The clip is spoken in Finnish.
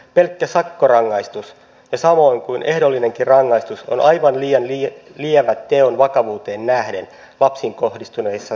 pelkkä sakkorangaistus samoin kuin ehdollinen rangaistus on aivan liian lievä teon vakavuuteen nähden lapsiin kohdistuneissa seksuaalirikoksissa